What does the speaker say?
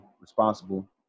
responsible